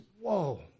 whoa